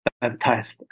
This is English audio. baptized